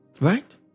Right